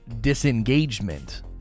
disengagement